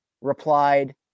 replied